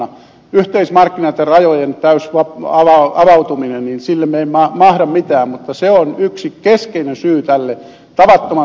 yhteismarkkinoille ja rajojen täydelle avautumiselle me emme mahda mitään mutta se on yksi keskeinen syy tälle tavattoman sairaalle tilanteelle